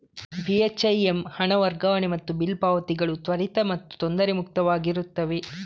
ಬಿ.ಹೆಚ್.ಐ.ಎಮ್ ಹಣ ವರ್ಗಾವಣೆ ಮತ್ತು ಬಿಲ್ ಪಾವತಿಗಳು ತ್ವರಿತ ಮತ್ತು ತೊಂದರೆ ಮುಕ್ತವಾಗಿರುತ್ತವೆ